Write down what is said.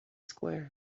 square